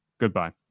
Goodbye